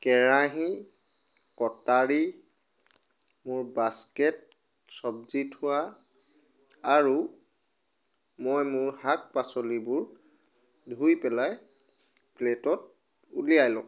কেৰাহী কটাৰী মোৰ বাস্কেট চবজি থোৱা আৰু মই মোৰ শাক পাচলিবোৰ ধুই পেলাই প্লেটত উলিয়াই লওঁ